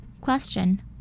Question